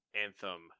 Anthem